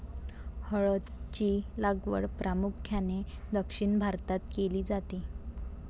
हळद ची लागवड प्रामुख्याने दक्षिण भारतात केली जाते